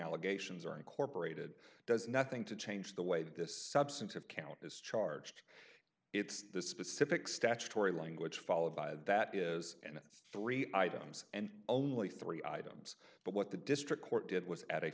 allegations are incorporated does nothing to change the way that this substantive count is charged it's the specific statutory language followed by that is and three items and only three items but what the district court did was a